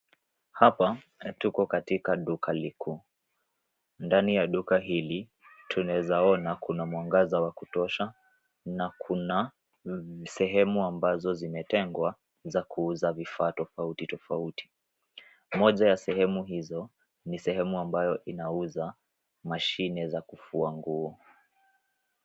Hapa tuko katika duka kuu. Ndani ya duka hili tunaweza ona kuna mwangaza wa kutosha na kuna sehemu ambazo zimetengwa za kuuza vifaa tofauti tofauti. Moja ya sehemu hizo ni sehemu ambayo inauza mashine za kufua nguo.